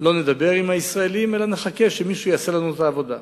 לא נדבר עם הישראלים אלא נחכה שמישהו יעשה לנו את העבודה,